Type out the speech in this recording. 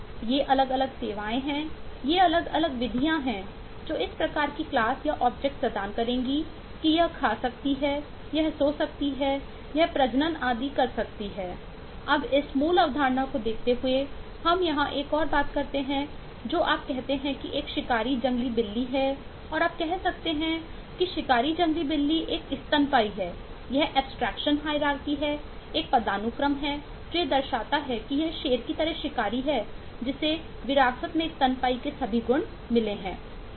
ये अलग अलग सेवाएँ हैं ये अलग अलग विधियाँ हैं जो इस प्रकार की क्लास है एक पदानुक्रम है जो यह दर्शाता है कि यह शेर की तरह शिकारी है जिसे विरासत में स्तनपायी के सभी गुण मिले है